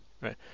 right